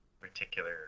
particular